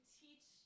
teach